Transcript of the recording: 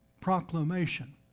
proclamation